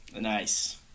nice